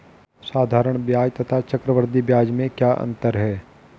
साधारण ब्याज तथा चक्रवर्धी ब्याज में क्या अंतर है?